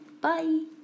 Bye